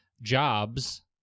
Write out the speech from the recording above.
Jobs